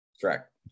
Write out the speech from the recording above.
Correct